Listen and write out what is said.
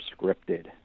scripted